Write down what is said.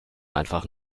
einfach